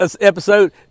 episode